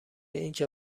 اینکه